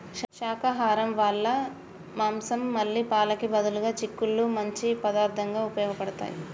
శాకాహరం వాళ్ళ మాంసం మళ్ళీ పాలకి బదులుగా చిక్కుళ్ళు మంచి పదార్థంగా ఉపయోగబడతాయి